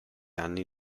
anni